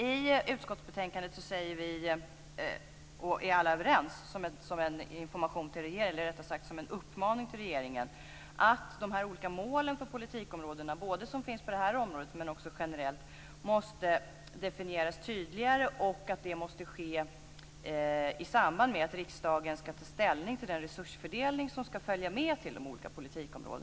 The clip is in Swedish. I utskottsbetänkandet är alla överens om att - som en information eller rättare sagt en uppmaning till regeringen - de olika målen för politikområdena som finns såväl på det här området som generellt måste definieras tydligare. Det måste ske i samband med att riksdagen ska ta ställning till den resursfördelning som ska följa med till de olika politikområdena.